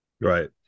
Right